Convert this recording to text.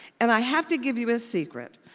and i have to give you a secret,